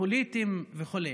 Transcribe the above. פוליטיים וכו'?